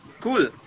Cool